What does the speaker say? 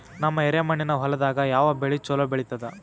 ನಮ್ಮ ಎರೆಮಣ್ಣಿನ ಹೊಲದಾಗ ಯಾವ ಬೆಳಿ ಚಲೋ ಬೆಳಿತದ?